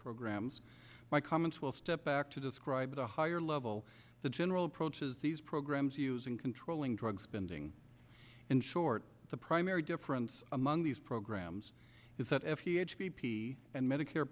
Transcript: programs my comments will step back to describe the higher level the general approaches these programs use in controlling drug spending in short the primary difference among these programs is that if he age b p and medicare